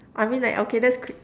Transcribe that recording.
I mean like okay that's cr~